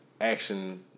action